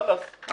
חלאס.